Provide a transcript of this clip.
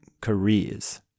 careers